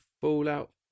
Fallout